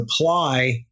apply